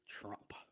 Trump